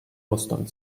mustern